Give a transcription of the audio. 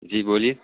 جی بولیے